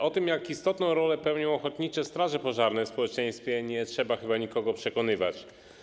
O tym, jak istotną rolę pełnią ochotnicze straże pożarne w społeczeństwie, nie trzeba chyba nikogo przekonywać.